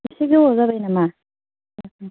एसे गोबाव जाबाय नामा ओं ओं